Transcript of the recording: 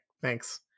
thanks